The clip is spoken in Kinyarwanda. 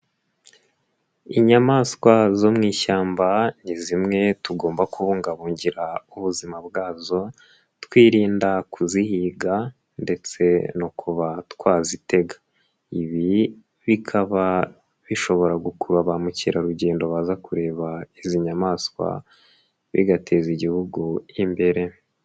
Inyamaswa zo mu ishyamba ni zimwe tugomba kubungabungira ubuzima bwazo, twirinda kuzihiga ndetse no kuba twazitega. Ibi bikaba bishobora gukurura ba mukerarugendo baza kureba izi nyamaswa, bigateza igihugu imbere.